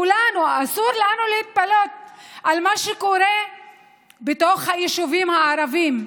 לכולנו אסור להתפלא על מה שקורה בתוך היישובים הערביים,